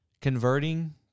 converting